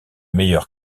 meilleurs